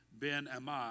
Ben-Ami